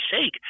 sake